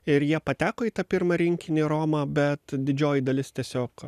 ir jie pateko į tą pirmą rinkinį romą bet didžioji dalis tiesiog